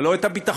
ולא את הביטחון,